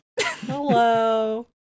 Hello